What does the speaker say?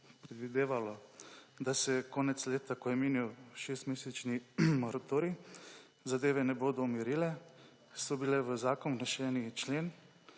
predvidevalo, da se konec leta, ko je minil šestmesečni moratorij, zadeve ne bodo umirile, so bili vneseni členi,